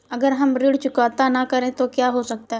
अगर हम ऋण चुकता न करें तो क्या हो सकता है?